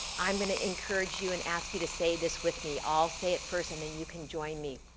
i'm going to encourage you and ask you to say this with me. i'll say it first and then you can join me.